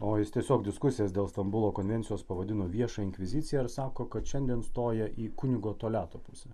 o jis tiesiog diskusijas dėl stambulo konvencijos pavadino vieša inkvizicija ar sako kad šiandien stoja į kunigo toliato pusę